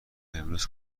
امروز